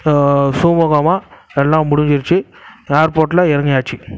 சமூகமாக எல்லா முடிஞ்சிடுச்சு ஏர்போர்ட்டில் இறங்கியாச்சு